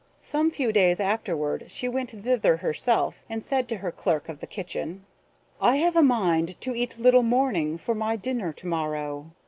some few days afterward she went thither herself, and said to her clerk of the kitchen i have a mind to eat little morning for my dinner to-morrow.